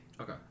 Okay